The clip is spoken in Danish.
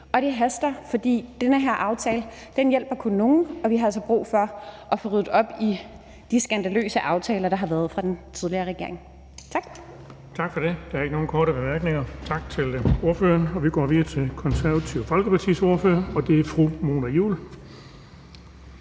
og det haster, for den her aftale hjælper kun nogle, og vi har altså brug for at få ryddet op i de skandaløse aftaler, der har været fra den tidligere regering. Tak. Kl. 16:48 Den fg. formand (Erling Bonnesen): Tak for det. Der er ikke nogen korte bemærkninger, så tak til ordføreren. Vi går videre til Det Konservative Folkepartis ordfører, og det er fru Mona Juul.